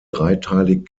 dreiteilig